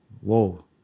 whoa